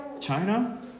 China